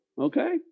okay